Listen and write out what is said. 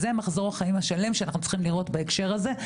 זה מחזור החיים השלם שאנחנו צריכים לראות בהקשר הזה.